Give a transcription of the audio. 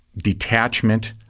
detachment,